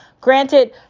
granted